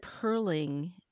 purling